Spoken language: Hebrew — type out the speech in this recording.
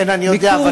כן, אני יודע.